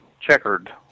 checkered